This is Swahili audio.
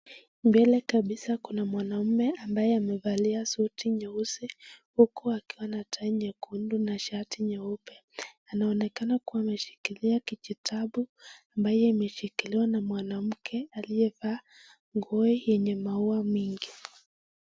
Mbele kabisa kuna mwanaume ambaye amevalia suti nyeusi huku akiwa na tai nyekundu na shati nyeupe, anaonekana kuwa ameshikilia kijitabu ambayo imeshikiliwa na mwanamke aliyeva nguo yenye maua mingi.